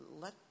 let